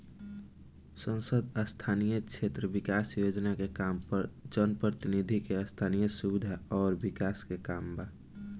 सांसद स्थानीय क्षेत्र विकास योजना के काम जनप्रतिनिधि के स्थनीय सुविधा अउर विकास के काम बा